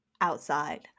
Outside